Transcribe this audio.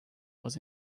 was